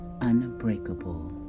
unbreakable